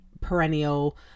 perennial